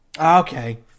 okay